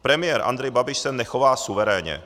Premiér Andrej Babiš se nechová suverénně.